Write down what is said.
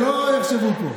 שלא יחשבו פה.